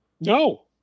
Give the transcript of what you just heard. No